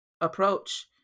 approach